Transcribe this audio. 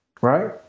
right